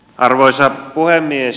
arvoisa puhemies